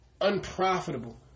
unprofitable